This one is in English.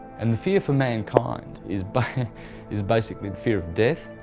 and the fear for mankind is but is basically the fear of death,